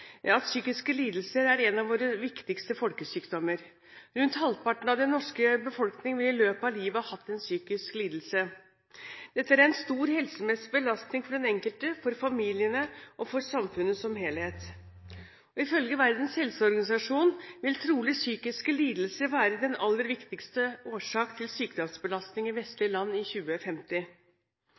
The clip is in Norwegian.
psykiske lidelser er en av våre viktigste folkesykdommer. Rundt halvparten av den norske befolkning vil i løpet av livet ha hatt en psykisk lidelse. Dette er en stor helsemessig belastning for den enkelte, for familiene og for samfunnet som helhet. Ifølge Verdens helseorganisasjon vil trolig psykiske lidelser være den aller viktigste årsak til sykdomsbelastning i vestlige land i 2050.